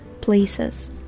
places